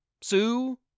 Sue